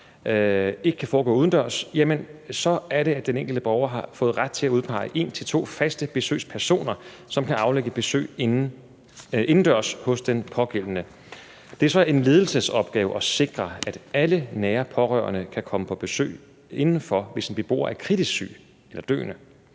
ikke kan foregå udendørs, jamen så er det, at den enkelte borger har fået ret til at udpege 1-2 faste besøgspersoner, som kan aflægge besøg indendørs hos den pågældende. Det er så en ledelsesopgave at sikre, at alle nære pårørende kan komme på besøg indenfor, hvis en beboer er kritisk syg eller døende.